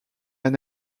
aide